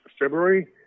February